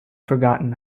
forgotten